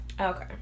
Okay